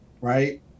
right